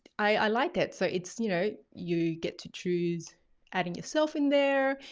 i like it. so it's, you know, you get to choose adding yourself in there.